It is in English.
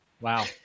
Wow